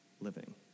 living